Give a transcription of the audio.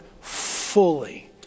fully